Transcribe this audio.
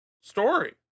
story